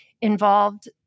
involved